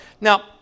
Now